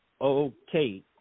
Okay